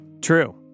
True